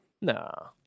No